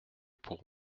pour